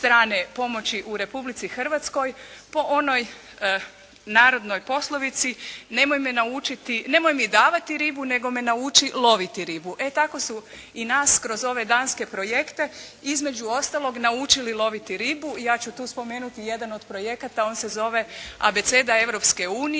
strane pomoći u Republici Hrvatskoj po onoj narodnoj poslovici “nemoj mi davati ribu nego me nauči loviti ribu“. E tako su i nas kroz ove danske projekte između ostalog naučili loviti ribu. Ja ću tu spomenuti jedan od projekata. On se zove abeceda